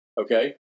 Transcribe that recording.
Okay